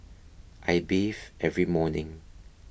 I bathe every morning